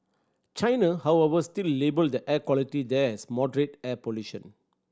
China however still labelled the air quality there as moderate air pollution